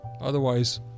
Otherwise